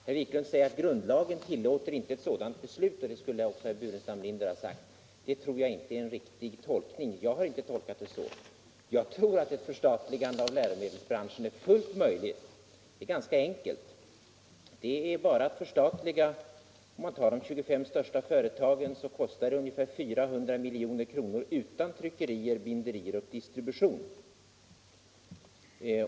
Herr Wiklund säger vidare att grundlagen inte tillåter ett sådant beslut som det den socialdemokratiska partikongressen fattat, och detsamma lär herr Burenstam Linder ha sagt. En sådan tolkning av grundlagen tror jag emellertid inte är riktig. I varje fall har jag inte tolkat den så. Jag tror att ett förstatligande av läromedelsbranschen är fullt möjligt och ganska enkelt att genomföra. Om man tar de 25 största företagen kostar det ungefär 400 milj.kr. utan tryckerier, binderier och distributioner.